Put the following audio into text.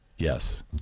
yes